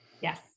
Yes